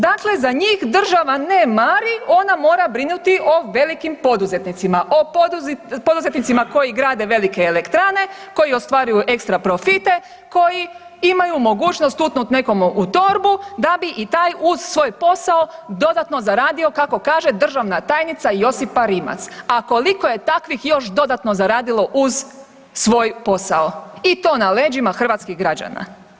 Dakle za njih država ne mari, ona mora brinuti o velikim poduzetnicima, o poduzetnicima koji grade velike elektrane, koji ostvaruju ekstra profite, koji imaju mogućnost tutnut nekom u torbu da bi i taj uz svoj posao dodatno zaradio, kako kaže državna tajnica Josipa Rimac, a koliko je takvih još dodatno zaradilo uz svoj posao i to na leđima hrvatskih građana.